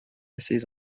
essays